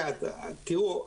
תראו,